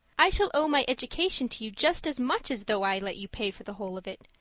i shall owe my education to you just as much as though i let you pay for the whole of it,